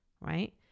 right